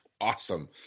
awesome